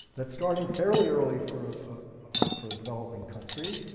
that starting fairly early for ah for a developing country,